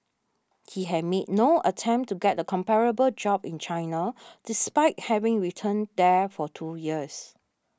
he had made no attempt to get a comparable job in China despite having returned there for two years